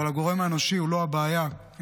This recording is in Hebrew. אבל הגורם האנושי הוא לא הבעיה,